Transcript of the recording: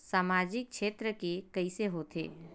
सामजिक क्षेत्र के कइसे होथे?